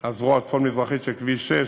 הזרוע הצפון-מזרחית של כביש 6,